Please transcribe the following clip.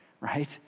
right